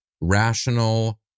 rational